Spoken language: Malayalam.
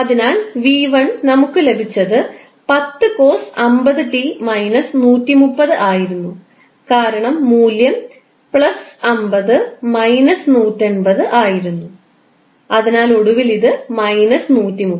അതിനാൽ 𝑣1 നമുക്ക് ലഭിച്ചത് 10 cos50𝑡 − 130 ആയിരുന്നു കാരണം മൂല്യം 50 180 ആയിരുന്നു അതിനാൽ ഒടുവിൽ ഇത് 130 ആകുo